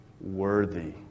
worthy